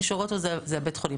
מי שרואה אותו זה בית החולים.